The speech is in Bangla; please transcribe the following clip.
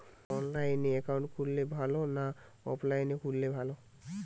অনলাইনে একাউন্ট খুললে ভালো না অফলাইনে খুললে ভালো?